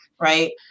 right